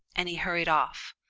and he hurried off.